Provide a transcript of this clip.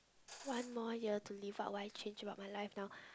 one more year to live ah what I change about my life now